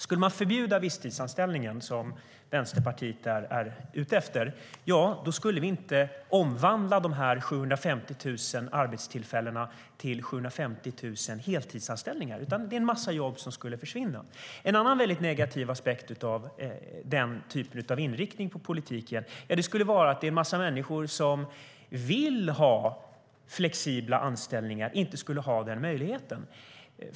Skulle man förbjuda visstidsanställningar, som Vänsterpartiet är ute efter, skulle vi inte omvandla de här 750 000 arbetstillfällena till 750 000 heltidsanställningar, utan det är en massa jobb som skulle försvinna. En annan väldigt negativ effekt av den typen av inriktning på politiken skulle vara att en massa människor som vill ha flexibla anställningar inte skulle ha den möjligheten.